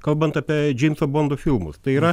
kalbant apie džeimso bondo filmus tai yra